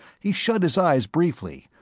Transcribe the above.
he shut his eyes briefly,